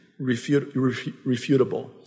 refutable